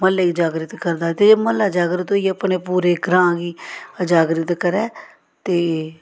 म्हल्ले गी जागरत करदा ते म्हल्ला जागरत होइयै अपने पूरे ग्रांऽ गी जागरत करै ते